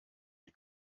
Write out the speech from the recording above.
die